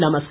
नमस्कार